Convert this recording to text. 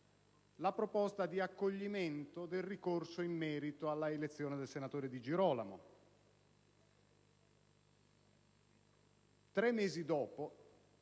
la proposta di accoglimento del ricorso in merito all'elezione del senatore Di Girolamo.